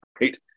right